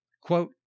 Quote